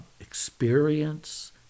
experience